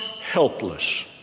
helpless